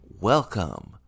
Welcome